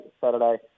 Saturday